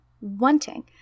wanting